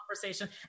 Conversation